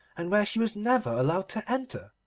and where she was never allowed to enter?